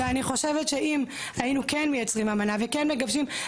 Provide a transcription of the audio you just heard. אני חושבת שאם היינו כן מייצרים אמנה וכן מגבשים,